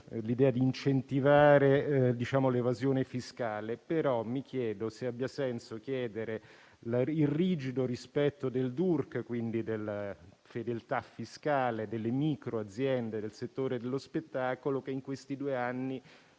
dall'idea di incentivare l'evasione fiscale, ma mi chiedo se abbia senso chiedere il rigido rispetto del DURC, e quindi della fedeltà fiscale delle micro aziende del settore dello spettacolo, che - giocoforza - in questi due anni